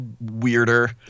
weirder